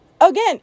Again